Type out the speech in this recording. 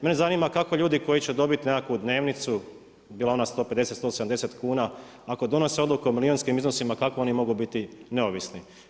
Mene zanima kako ljudi koji će dobiti nekakvu dnevnicu, jel ona 150, 170 kuna, ako donose odluku o milijunskim iznosima kako oni mogu biti neovisni?